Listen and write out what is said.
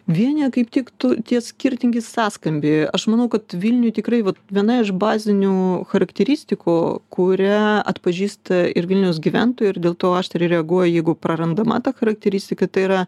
vienija kaip tik tų tie skirtingi sąskambiai aš manau kad vilniui tikrai vat viena iš bazinių charakteristikų kurią atpažįsta ir vilniaus gyventojai ir dėl to aštriai reaguoja jeigu prarandama ta charakteristika tai yra